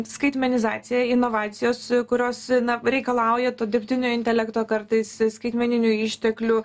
skaitmenizacija inovacijos kurios na reikalauja to dirbtinio intelekto kartais skaitmeninių išteklių